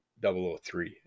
003